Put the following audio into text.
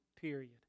period